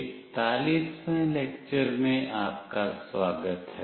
41 वें लेक्चर में आपका स्वागत है